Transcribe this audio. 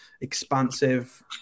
expansive